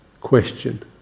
question